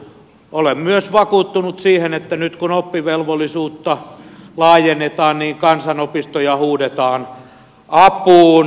olen myös vakuuttunut siitä että nyt kun oppivelvollisuutta laajennetaan niin kansanopistoja huudetaan apuun